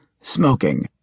smoking